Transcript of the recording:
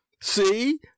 See